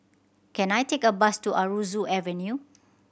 can I take a bus to Aroozoo Avenue